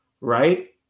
right